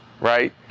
right